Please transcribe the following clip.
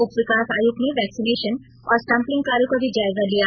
उपविकास आयुक्त ने वैक्सीनेशन और सैंपलिग कार्यो का भी जायजा लिया